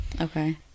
Okay